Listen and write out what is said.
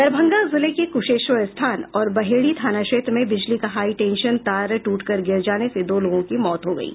दरभंगा जिले के कुशेश्वर स्थान और बहेड़ी थाना क्षेत्र में बिजली का हाईटेंशन तार टूट कर गिर जाने से दो लोगों की मौत हो गयी